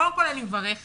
קודם כל אני מברכת,